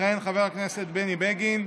יכהן חבר הכנסת בני בגין,